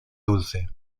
dulce